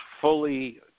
fully